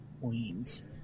queens